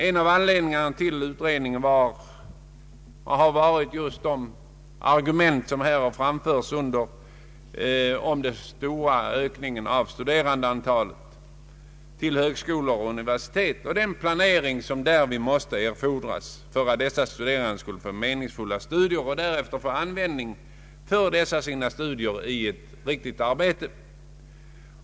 En av anledningarna till utredningen har varit just de argument som framförts om den stora ökningen av studerandeantalet vid högskolor och universitet och den planering som erforäåras för att dessa studerande skall kunna bedriva meningsfulla studier och därefter få användning för sina kunskaper i ett riktigt arbete.